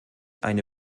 eine